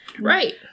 Right